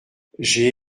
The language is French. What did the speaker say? j’ai